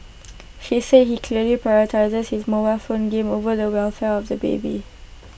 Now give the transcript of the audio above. she said he clearly prioritised his mobile phone game over the welfare of the baby